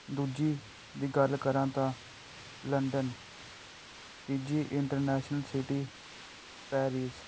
ਦੂਜੀ ਦੀ ਗੱਲ ਕਰਾਂ ਤਾਂ ਲੰਡਨ ਤੀਜੀ ਇੰਟਰਨੈਸ਼ਨਲ ਸਿਟੀ ਪੈਰਿਸ